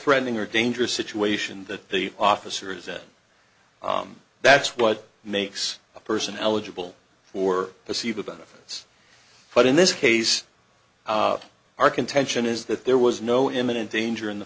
threatening or dangerous situation that the officer is at that's what makes a person eligible for the see the benefits but in this case our contention is that there was no imminent danger in the